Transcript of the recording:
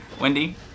Wendy